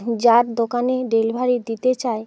যার দোকানে ডেলিভারি দিতে চাই